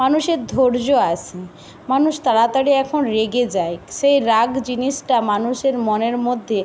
মানুষের ধৈর্য আসে মানুষ তাড়াতাড়ি এখন রেগে যায় সেই রাগ জিনিসটা মানুষের মনের মধ্যে